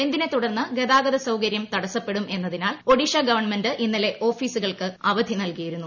ബന്ദിനെ തുടർന്ന് ഗതാഗത സൌകര്യം തടസ്സപ്പെടും എന്നതിനാൽ ഒഡീഷ ഗവൺമെന്റ് ഇന്നലെ ഓഫീസുകൾക്ക് അവധി നൽകിയിരുന്നു